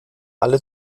alle